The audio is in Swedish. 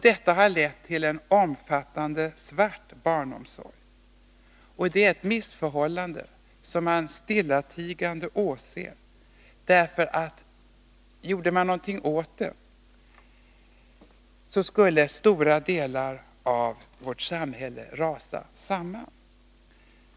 Det har lett till en omfattande ”svart” barnomsorg, ett missförhållande som man stillatigande åser. Gjorde man någonting åt det skulle nämligen stora delar av samhället rasa samman.